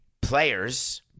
players